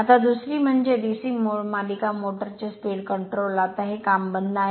आता दुसरी म्हणजे DC मालिका मोटर चे स्पीड कंट्रोल आता हे काम बंद आहे